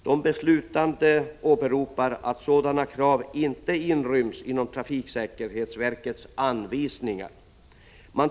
De beslutande åberopar att sådana krav inte inryms inom trafiksäkerhetsverkets anvisningar.